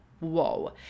whoa